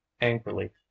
angrily